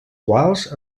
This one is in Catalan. quals